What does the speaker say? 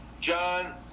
John